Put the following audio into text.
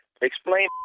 Explain